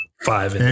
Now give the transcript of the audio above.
five